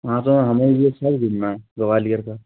हाँ तो हमें भी सब घूमना है ग्वालियर का